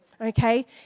Okay